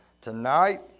Tonight